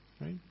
right